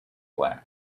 black